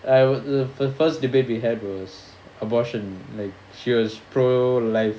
I was the the first debate we had was abortion like she was pro life